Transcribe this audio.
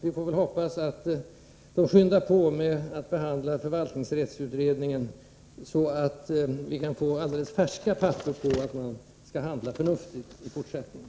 Vi får väl hoppas att man skyndar på med behandlingen av förvaltningsrättsutredningen, så att vi snart kan få sådana besked att man kan handla mera förnuftigt i fortsättningen.